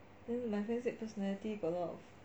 then my friend said personality got a lot